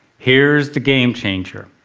here's the game changer.